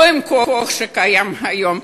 לא עם הכוח שקיים היום,